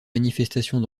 manifestations